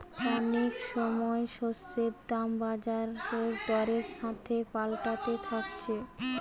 অনেক সময় শস্যের দাম বাজার দরের সাথে পাল্টাতে থাকছে